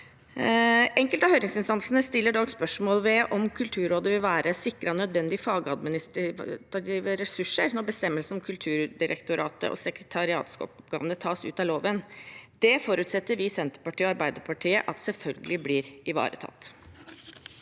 Enkelte av høringsinstansene stiller dog spørsmål ved om Kulturrådet vil være sikret nødvendig fagadministrative ressurser når bestemmelsen om Kulturdirektoratet og sekretariatsoppgavene tas ut av loven. Det forutsetter vi i Senterpartiet og Arbeiderpartiet at selvfølgelig blir ivaretatt.